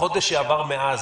בחודש שעבר מאז,